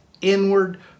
inward